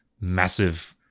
massive